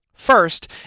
First